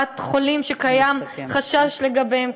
אי-העברת חולים שקיים חשש לגביהם,